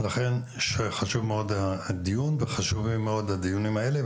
לכן חשובים מאוד הדיונים האלה.